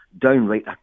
downright